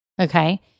Okay